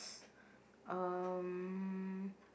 um